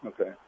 Okay